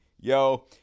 yo